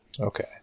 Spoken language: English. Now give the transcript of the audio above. Okay